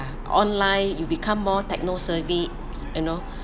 online you become more techno savvy you know